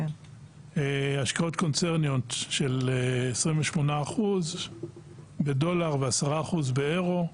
השקעות קונצרניות של 28% בדולר ו-10% באירו,